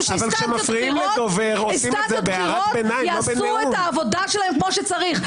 שאינסטנציות בכירות יעשו את העבודה שלהן כמו שצריך.